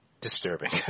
disturbing